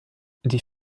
die